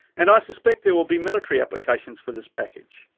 and i suspect there will be military applications for this package.